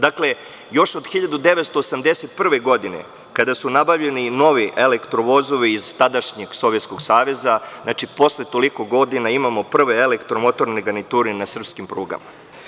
Dakle, još od 1981. godine, kada su nabavljeni novi elektro-vozovi iz tadašnjeg Sovjetskog Saveza, posle toliko godina imamo prve elektromotorne garniture na srpskim prugama.